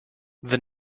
the